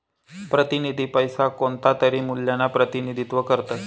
प्रतिनिधी पैसा कोणतातरी मूल्यना प्रतिनिधित्व करतस